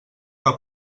que